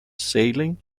sailing